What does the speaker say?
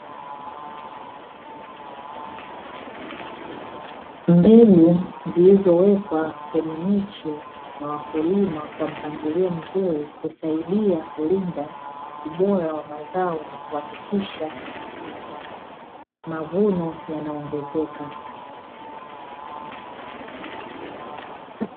Mbegu zilizowekwa kwenye miche na wakulima kwa mpangilio mzuri husaidia kulinda ubora wa mazao, na kuhakikisha mavuno yanaongezeka.